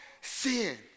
sin